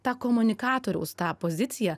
tą komunikatoriaus tą poziciją